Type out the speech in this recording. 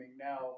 Now